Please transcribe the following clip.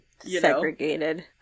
Segregated